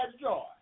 joy